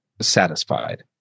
satisfied